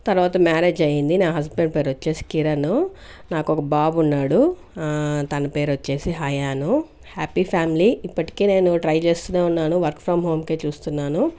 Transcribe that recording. తర్వాత మ్యారేజ్ అయింది నా హస్బెండ్ పేరు వచ్చేసి కిరణ్ నాకు ఒక బాబు ఉన్నాడు తన పేరు వచ్చేసి హాయాను హ్యాపీ ఫ్యామిలీ ఇప్పటికే నేను ట్రై చేస్తున్నానే ఉన్నాను వర్క్ ఫ్రమ్ హోమ్ కే చూస్తున్నాను